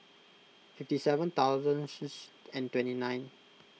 fifty seven thousand and twenty nine